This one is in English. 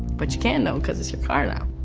but you can though because it's your car now.